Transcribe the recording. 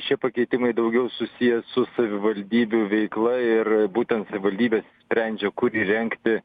šie pakeitimai daugiau susiję su savivaldybių veikla ir būtent savivaldybės sprendžia kur įrengti